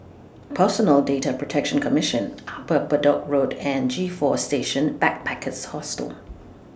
Personal Data Protection Commission Upper Bedok Road and G four Station Backpackers Hostel